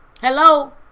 hello